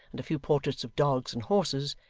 and a few portraits of dogs and horses,